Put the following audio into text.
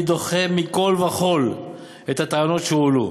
אני דוחה מכול וכול את הטענות שהועלו.